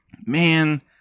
man